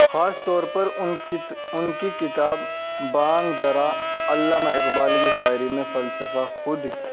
خاص طور پر ان ان کی کتاب بانگ درا علامہ اقبال کی شاعری میں فلسفہ خود